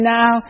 now